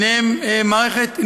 ובהם מערכת ניקוז,